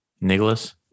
Nicholas